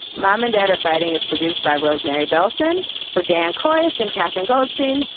mom and dad are fighting is produced by rosemarie bellson for dan kleist and katherine gall's thing.